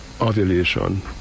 ovulation